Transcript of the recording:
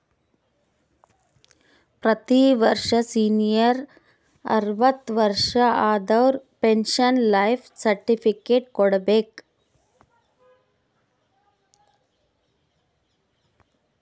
ಪ್ರತಿ ವರ್ಷ ಸೀನಿಯರ್ ಅರ್ವತ್ ವರ್ಷಾ ಆದವರು ಪೆನ್ಶನ್ ಲೈಫ್ ಸರ್ಟಿಫಿಕೇಟ್ ಕೊಡ್ಬೇಕ